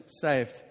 saved